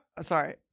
sorry